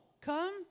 Come